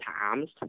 Times